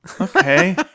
Okay